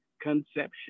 conception